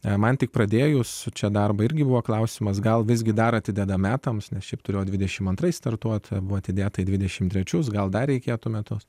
jei man tik pradėjus čia darbą irgi buvo klausimas gal visgi dar atidedam metams nes šiaip turėjo trisdešim antrais startuoti buvo atidėta į dvidešim trečius gal dar reikėtų metus